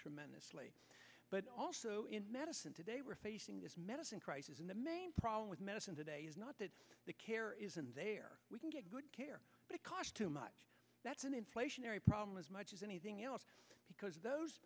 tremendously but also in medicine today we're facing this medicine crisis and the main problem with medicine today is not that the care isn't there we can get good care but it costs too much that's an inflationary problem as much as anything else because those